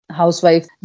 housewife